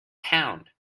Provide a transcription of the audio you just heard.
pound